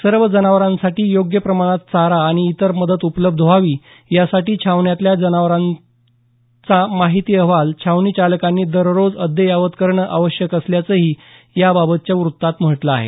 सर्व जनावरांसाठी योग्य प्रमाणात चारा आणि इतर मदत उपलब्ध व्हावी यासाठी छावणीतल्या जनावरांचा माहिती अहवाल छावणीचालकांनी दररोज अद्ययावत करणं आवश्यक असल्याचंही याबाबतच्या वृत्तात म्हटलं आहे